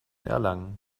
erlangen